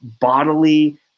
bodily